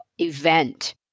event